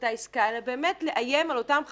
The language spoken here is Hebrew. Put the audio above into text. אותה עסקה אלא באמת לאיים על אותן חברות,